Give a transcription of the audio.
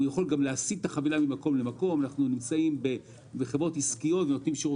יש את העניין של הזמנת תור